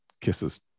kisses